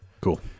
Cool